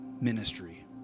ministry